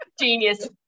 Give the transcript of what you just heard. Genius